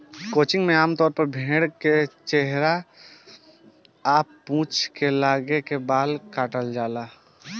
crutching में आमतौर पर भेड़ के चेहरा आ पूंछ के लगे के बाल के काटल जाला